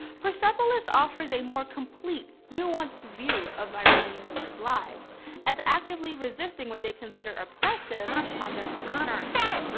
persepolis offers a more complete, nuanced view of iranian women's lives as actively resisting what they consider oppressive on their own terms.